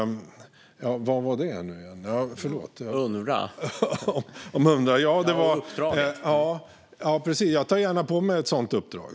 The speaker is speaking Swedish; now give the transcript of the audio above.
: Den handlade om Unrwa och uppdraget.) Precis! Ja, jag tar gärna på mig ett sådant uppdrag.